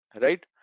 right